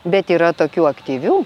bet yra tokių aktyvių